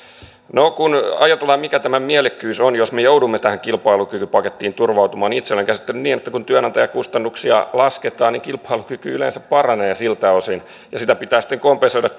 no kun ajatellaan mikä tämän mielekkyys on jos me joudumme tähän kilpailukykypakettiin turvautumaan niin itse olen käsittänyt niin että kun työnantajakustannuksia lasketaan niin kilpailukyky yleensä paranee siltä osin ja sitä menetettyä tuloa pitää sitten kompensoida